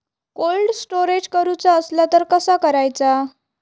Cold storage करूचा असला तर कसा करायचा?